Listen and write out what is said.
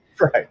Right